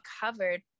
covered